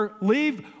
leave